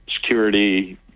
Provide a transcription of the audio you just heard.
security